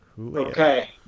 Okay